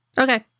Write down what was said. okay